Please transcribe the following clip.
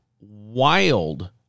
wild